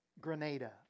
Grenada